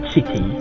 City